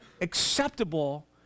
acceptable